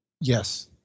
Yes